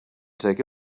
take